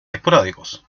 esporádicos